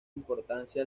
importancia